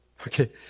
okay